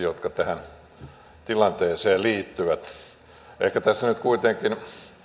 jotka tähän tilanteeseen liittyvät käsitelty asiallisesti ehkä tässä nyt kuitenkin